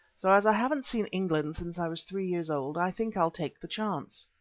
so, as i haven't seen england since i was three years old, i think i'll take the chance.